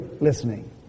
listening